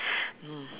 um